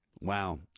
Wow